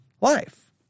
life